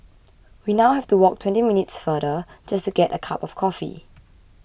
we now have to walk twenty minutes farther just get a cup of coffee